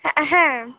হ্যাঁ হ্যাঁ